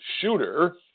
shooter